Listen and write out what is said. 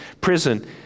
prison